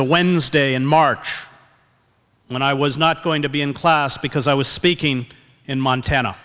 a wednesday in march when i was not going to be in class because i was speaking in montana